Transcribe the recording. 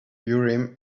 urim